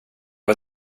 var